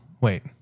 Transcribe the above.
Wait